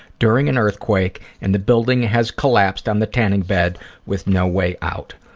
during an earthquake, and the building has collapsed on the tanning bed with no way out.